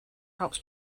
helps